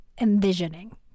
envisioning